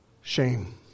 shame